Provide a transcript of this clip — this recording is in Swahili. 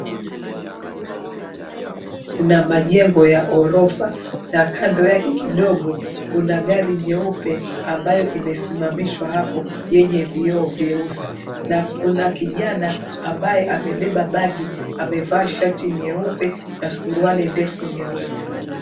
Barabara kuna majengo ya ghorofa na kando yake kidogo kuna gari nyeupe ambayo imesimamishwa hapo yenye vioo vyeusi na kuna kijana ambaye amebeba bagi, amevaa shati nyeupe na suruali ndefu nyeusi.